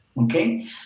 okay